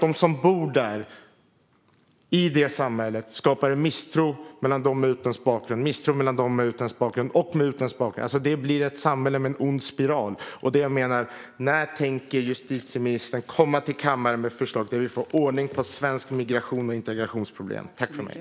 Detta gör att det skapas en misstro mellan dem med utländsk bakgrund och dem som bor i detta samhälle. Det blir en ond spiral i samhället. När tänker justitieministern komma till kammaren med ett förslag, så att vi kommer till rätta med de svenska migrations och integrationsproblemen?